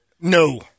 No